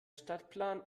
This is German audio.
stadtplan